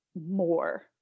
more